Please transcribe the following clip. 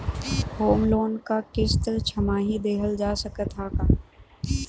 Home loan क किस्त छमाही देहल जा सकत ह का?